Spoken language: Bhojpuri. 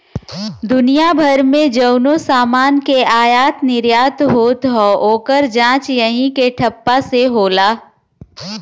दुनिया भर मे जउनो समान के आयात निर्याट होत हौ, ओकर जांच यही के ठप्पा से होला